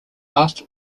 last